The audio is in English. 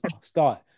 start